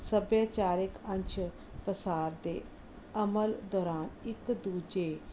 ਸੱਭਿਆਚਾਰਕ ਅੰਸ਼ ਪਸਾਰ ਦੇ ਅਮਲ ਦੌਰਾਨ ਇਕ ਦੂਜੇ